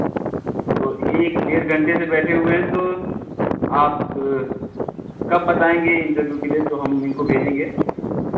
तो एक डेढ़ घंटे से बैठे हुए हैं तो आप कब बताएंगे इंटरव्यू लिए तो इनको हम भेजेंगे